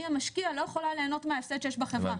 המשקיע לא יכולה ליהנות מההפסד שיש בחברה,